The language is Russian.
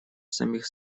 самих